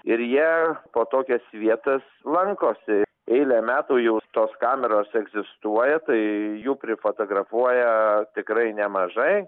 ir jie po tokias vietas lankosi eilę metų jau tos kameros egzistuoja tai jų prifotografuoja tikrai nemažai